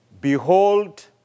Behold